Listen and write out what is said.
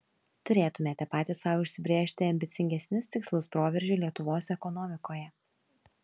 turėtumėme patys sau užsibrėžti ambicingesnius tikslus proveržiui lietuvos ekonomikoje